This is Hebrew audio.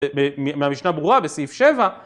מהמשנה ברורה בסעיף שבע.